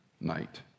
night